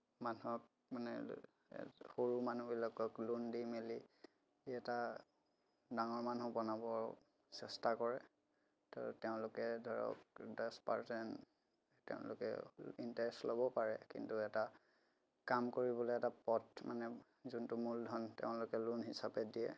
মানুহক মানে সৰু মানুহবিলাকক লোন দি মেলি সি এটা ডাঙৰ মানুহ বনাব চেষ্টা কৰে ধৰ তেওঁলোকে ধৰক দহ পাৰ্চেণ্ট তেওঁলোকে ইণ্টাৰেষ্ট ল'ব পাৰে কিন্ত এটা কাম কৰিবলৈ এটা পথ মানে যোনটো মূলধন তেওঁলোকে লোন হিচাপে দিয়ে